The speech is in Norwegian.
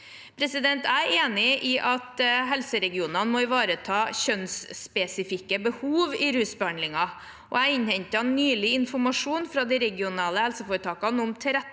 avtaler. Jeg er enig i at helseforetakene må ivareta kjønnsspesifikke behov i rusbehandlingen. Jeg innhentet nylig informasjon fra de regionale helseforetakene om tilrettelagte